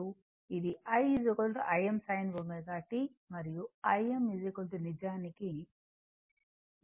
Im sin ω t మరియు Im నిజానికి Vm R